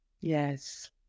Yes